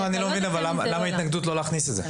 אני לא מבין למה ההתנגדות לא להכניס את זה.